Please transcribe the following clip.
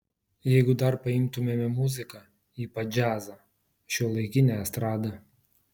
jeigu dar paimtumėme muziką ypač džiazą šiuolaikinę estradą